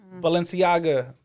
Balenciaga